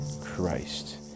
Christ